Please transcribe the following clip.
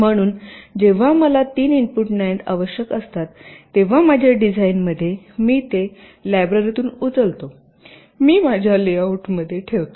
म्हणून जेव्हा जेव्हा मला तीन इनपुट नांड आवश्यक असतात तेव्हा माझ्या डिझाइनमध्ये मी ते लायब्ररीतून उचलतो मी माझ्या लेआउटमध्ये ठेवतो